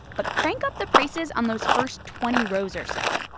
but crank up the prices on those first twenty rows or so.